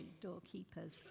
doorkeepers